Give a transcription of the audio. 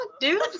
dude